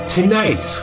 Tonight